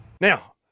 Now